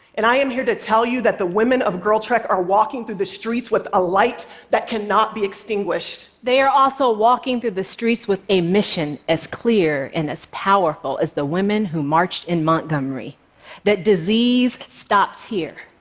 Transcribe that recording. and i am here to tell you that the women of girltrek are walking through the streets with a light that cannot be extinguished. vg they are also walking through the streets with a mission as clear and as powerful as the women who marched in montgomery that disease stops here,